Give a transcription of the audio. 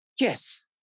yes